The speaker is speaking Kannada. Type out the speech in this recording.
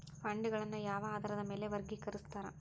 ಫಂಡ್ಗಳನ್ನ ಯಾವ ಆಧಾರದ ಮ್ಯಾಲೆ ವರ್ಗಿಕರಸ್ತಾರ